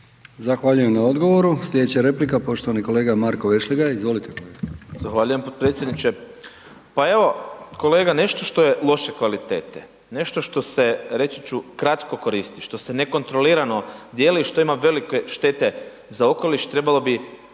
Zahvaljujem na odgovoru. Slijedeća replika, poštovani kolega Marko Vešligaj, izvolite kolega. **Vešligaj, Marko (SDP)** Zahvaljujem potpredsjedniče. Pa evo kolega, nešto što je loše kvalitete, nešto što se, reći ću, kratko koristi, što se nekontrolirano dijeli i što ima velike štete za okoliš, trebalo bi